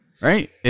right